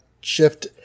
shift